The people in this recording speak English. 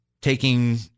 taking